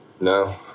No